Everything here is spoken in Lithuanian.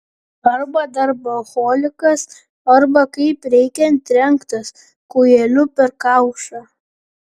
arba darboholikas arba kaip reikiant trenktas kūjeliu per kaušą